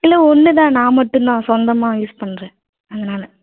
இல்லை ஒன்று தான் நான் மட்டும் தான் சொந்தமாக யூஸ் பண்ணுறன் அதனால